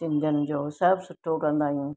सिंधियुनि जो सभु सुठो कंदा आहियूं